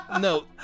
no